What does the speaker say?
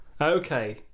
okay